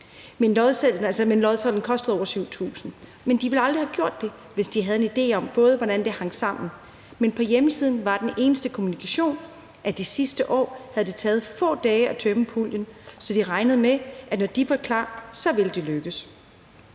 men lodsedlen kostede over 7.000 kr. De ville aldrig have gjort det, hvis de havde haft en idé om, hvordan det hang sammen, men på hjemmesiden var den eneste kommunikation, at de sidste år havde det taget få dage at tømme puljen, så de regnede med, at når de var klar, så ville det lykkes.